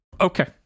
Okay